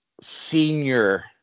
Senior